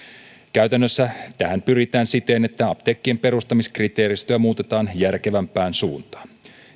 käytännössä tähän pyritään siten että apteekkien perustamiskriteeristöä muutetaan järkevämpään suuntaan